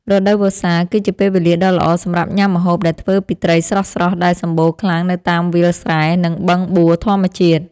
រដូវវស្សា គឺជាពេលវេលាដ៏ល្អសម្រាប់ញ៉ាំម្ហូបដែលធ្វើពីត្រីស្រស់ៗដែលសម្បូរខ្លាំងនៅតាមវាលស្រែ និងបឹងបួធម្មជាតិ។